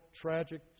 tragic